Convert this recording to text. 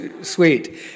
sweet